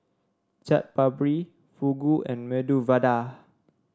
Chaat Papri Fugu and Medu Vada